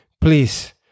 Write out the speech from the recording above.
please